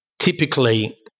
Typically